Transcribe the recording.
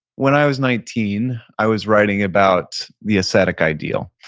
when i was nineteen, i was writing about the ascetic ideal.